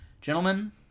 Gentlemen